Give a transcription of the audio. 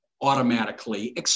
automatically